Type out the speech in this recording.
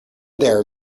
there